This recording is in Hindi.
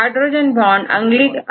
हाइड्रोजन बांड ओनर और एक्सेप्टर है